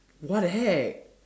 what the heck